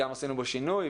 גם עשינו בו שינוי,